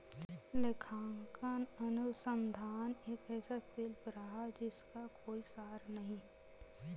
लेखांकन अनुसंधान एक ऐसा शिल्प रहा है जिसका कोई सार नहीं हैं